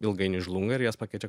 ilgainiui žlunga ir jas pakeičia